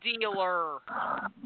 dealer